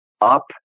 up